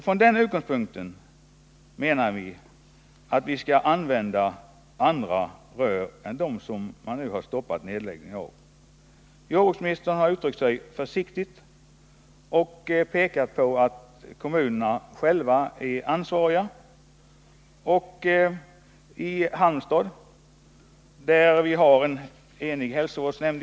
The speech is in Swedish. Från denna utgångspunkt menar vi att vi skall använda andra rör än dem som man nu har stoppat nedläggningen av. Jordbruksministern har uttryckt sig försiktigt och pekat på att kommunerna själva är ansvariga. Jag hoppas att vi i Halmstad, där hälsovårdsnämnden är enig i denna fråga, skall kunna komma fram till en enhällig lösning.